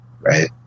right